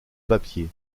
papier